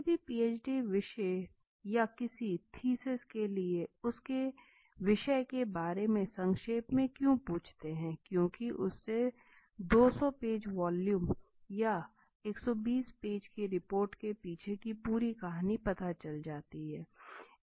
किसी भी पीएचडी विषय या किसी थीसिस के लिए उसके विषय के बारे में संक्षेप में क्यों पूछते हैं क्यूंकि उससे 200 पेज वॉल्यूम या 120 पेज की रिपोर्ट के पीछे की पूरी कहानी पता चल जाती